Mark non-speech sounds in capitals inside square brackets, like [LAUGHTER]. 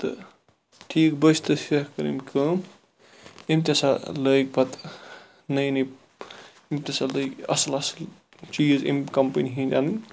تہٕ ٹھیٖکھ [UNINTELLIGIBLE] کٔر أمۍ کٲم أمۍ تہِ ہسا لٲگۍ پَتہٕ نٔے نٔے أمۍ تہِ ہسا لٲگۍ پَتہٕ اصل اصل چیٖز اَمہِ کَمپنی ہٕنٛدۍ اَنٕنۍ